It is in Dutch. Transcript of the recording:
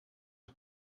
een